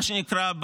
מה שנקרא,